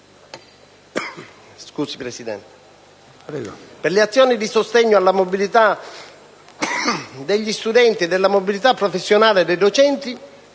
Per le azioni di sostegno alla mobilità degli studenti e alla mobilità professionale dei docenti,